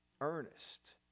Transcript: Earnest